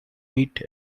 meet